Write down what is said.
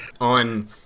on